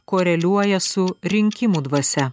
koreliuoja su rinkimų dvasia